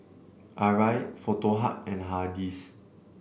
Arai Foto Hub and Hardy's